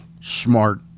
smart